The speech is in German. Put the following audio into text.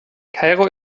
kairo